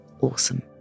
awesome